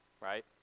right